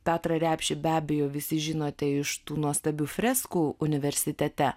petrą repšį be abejo visi žinote iš tų nuostabių freskų universitete